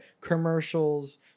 commercials